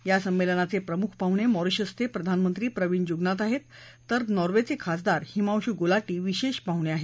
या संमेलनाचे प्रमुख पाहुणे मॉरिशसचे प्रधानमंत्री प्रविंद जुगनाथ आहेत तर नॉर्वेचे खासदार हिमांशु गुलाटी विशेष पाहुणे आहेत